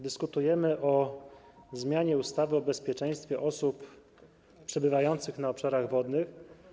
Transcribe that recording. Dyskutujemy o zmianie ustawy o bezpieczeństwie osób przebywających na obszarach wodnych.